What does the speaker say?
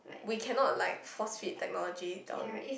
we cannot like force feed technology down